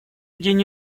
день